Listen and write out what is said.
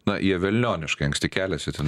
na jie velnioniškai anksti keliasi ten